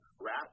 wrap